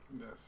Yes